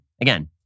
again